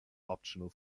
optional